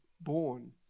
born